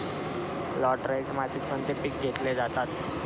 Laterite मातीत कोणते पीक घेतले जाते?